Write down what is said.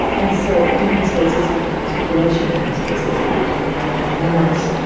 and so different spaces have different circulation, different spaces have different aerodynamics.